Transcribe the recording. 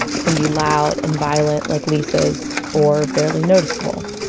it can be loud and violent like lisa's or barely noticable.